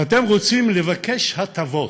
ואתם רוצים לבקש הטבות?